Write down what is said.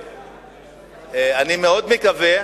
אני מאוד מקווה,